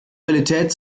realität